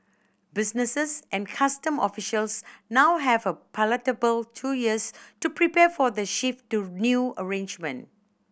businesses and custom officials now have a palatable two years to prepare for the shift to new arrangement